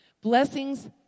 Blessings